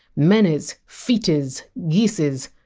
menniz, feetiz, geesiz.